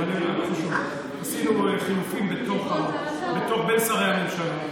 עשינו חילופים בין שרי הממשלה,